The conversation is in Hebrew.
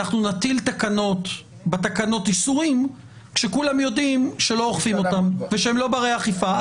שנטיל בתקנות איסורים שכולם יודעים שלא אוכפים אותם ושהם לא בני אכיפה.